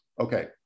Okay